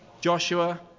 Joshua